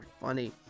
funny